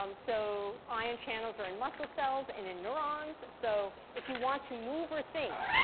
um so ion channels are in muscle cells and in neurons. so if you want to move or think,